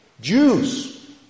Jews